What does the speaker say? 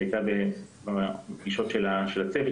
שהייתה כמובן בפגישות של הצוות,